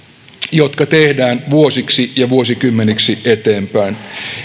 jotka tehdään vuosiksi ja vuosikymmeniksi eteenpäin